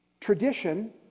tradition